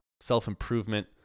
self-improvement